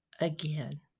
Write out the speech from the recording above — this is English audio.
again